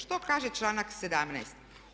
Što kaže članak 17.